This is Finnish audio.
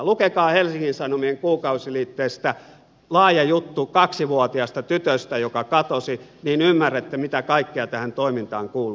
lukekaa helsingin sanomien kuukausiliitteestä laaja juttu kaksivuotiaasta tytöstä joka katosi niin ymmärrätte mitä kaikkea tähän toimintaan kuuluu